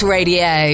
Radio